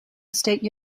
state